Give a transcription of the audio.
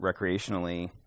recreationally